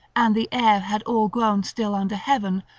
and the air had all grown still under heaven,